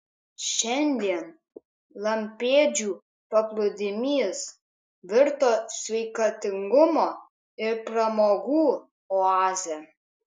šiandien lampėdžių paplūdimys virto sveikatingumo ir pramogų oaze